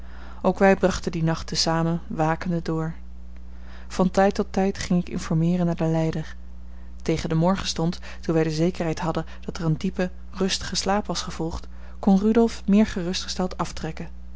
ook wij brachten dien nacht te zamen wakende door van tijd tot tijd ging ik informeeren naar den lijder tegen den morgenstond toen wij de zekerheid hadden dat er een diepe rustige slaap was gevolgd kon rudolf meer gerustgesteld aftrekken